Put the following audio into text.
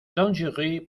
dangereux